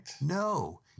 No